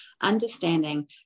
understanding